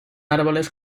árboles